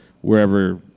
wherever